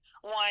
one